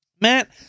Matt